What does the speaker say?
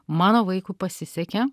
mano vaikui pasisekė